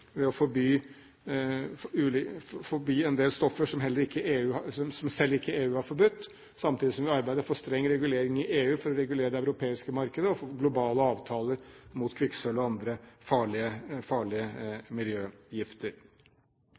ved å forby en del stoffer som selv ikke EU har forbudt, samtidig som vi arbeider for streng regulering i EU for å regulere det europeiske markedet og for globale avtaler mot kvikksølv og andre farlige